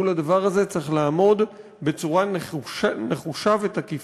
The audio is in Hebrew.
מול הדבר הזה צריך לעמוד בצורה נחושה ותקיפה.